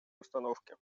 установки